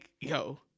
Yo